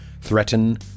threaten